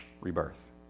rebirth